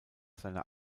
seiner